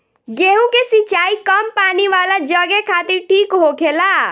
गेंहु के सिंचाई कम पानी वाला जघे खातिर ठीक होखेला